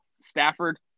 Stafford